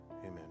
Amen